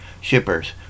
shippers